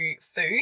food